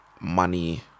money